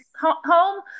home